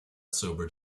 sobered